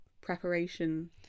preparation